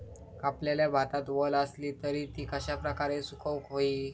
कापलेल्या भातात वल आसली तर ती कश्या प्रकारे सुकौक होई?